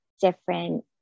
different